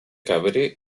cabré